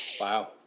wow